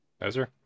Ezra